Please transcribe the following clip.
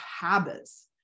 habits